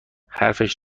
حرفش